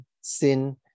sin